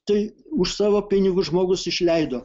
tai už savo pinigus žmogus išleido